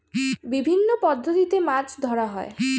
বিভিন্ন পদ্ধতিতে মাছ ধরা হয়